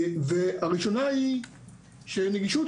הראשונה היא שנגישות,